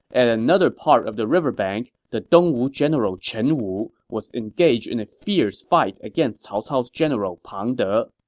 at another part of the river bank, the dongwu general chen wu was engaged in a fierce fight against cao cao's general pang de.